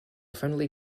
friendly